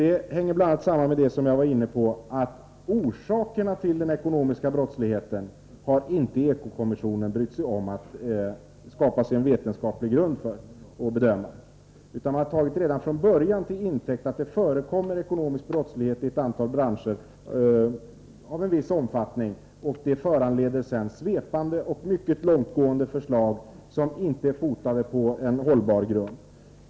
Detta hänger bl.a. samman med att — som jag var inne på — Ekokommisionen inte har brytt sig om att skapa en vetenskaplig grund för sina bedömningar när det gäller orsakerna till den brottsliga verksamheten. Man har redan från början utgått från att det förekommer ekonomisk brottslighet inom ett antal branscher av en viss omfattning, och det föranleder sedan svepande och mycket långtgående förslag som inte är fotade på en hållbar grund.